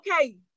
okay